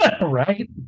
right